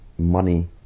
money